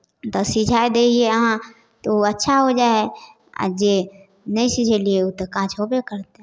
तऽ सिझाए दै हियै अहाँ तऽ ओ अच्छा हो जाइ हइ आ जे नहि सिझेलियै ओ तऽ काँच होबे करतै